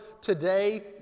today